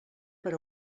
per